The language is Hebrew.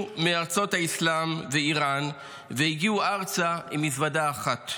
מארצות האסלאם ואיראן והגיעו ארצה עם מזוודה אחת.